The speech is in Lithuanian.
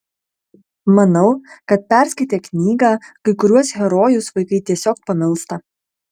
manau kad perskaitę knygą kai kuriuos herojus vaikai tiesiog pamilsta